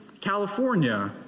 california